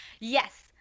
Yes